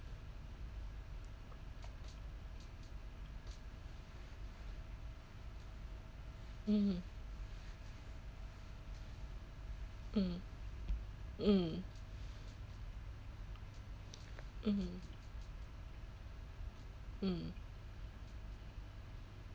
mm mm mm mm mm